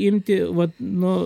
imti vat nu